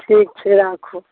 ठीक छै राखु